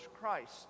Christ